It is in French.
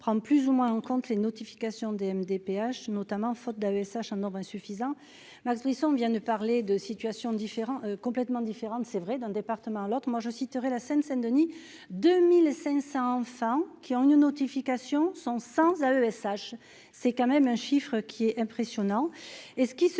prend plus ou moins en compte les notifications MDPH notamment faute d'AESH nombre insuffisant Max Brisson, vient de parler de situation différent complètement différente, c'est vrai, d'un département à l'autre, moi, je cite. Sur la Seine-Saint-Denis 2500 enfants qui ont une notification sans, sans, à ESH, c'est quand même un chiffre qui est impressionnant,